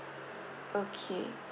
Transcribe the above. okay